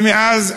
ומאז,